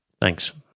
Thanks